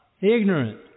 ignorant